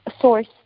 source